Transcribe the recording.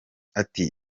ati